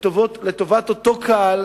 לטובת אותו קהל,